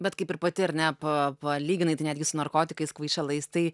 bet kaip ir pati ar ne pa palyginai tai netgi su narkotikais kvaišalais tai